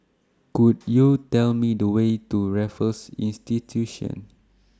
Could YOU Tell Me The Way to Raffles Institution